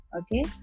Okay